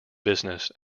business